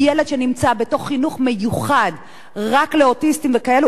כי ילד שנמצא בחינוך מיוחד רק לאוטיסטים וכאלו,